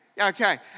Okay